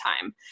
time